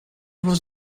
was